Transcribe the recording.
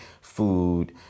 food